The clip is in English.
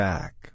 Back